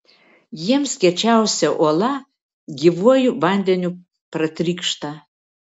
jiems kiečiausia uola gyvuoju vandeniu pratrykšta